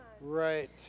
Right